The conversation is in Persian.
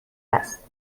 است